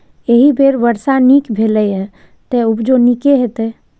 एहि बेर वर्षा नीक भेलैए, तें उपजो नीके हेतै